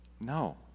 No